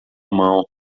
mão